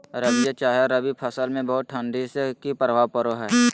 रबिया चाहे रवि फसल में बहुत ठंडी से की प्रभाव पड़ो है?